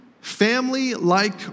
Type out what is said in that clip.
family-like